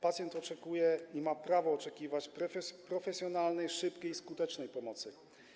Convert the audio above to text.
Pacjent oczekuje i ma prawo oczekiwać profesjonalnej, szybkiej i skutecznej pomocy.